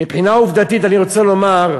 מבחינה עובדתית אני רוצה לומר,